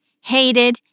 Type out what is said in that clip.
hated